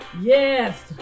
Yes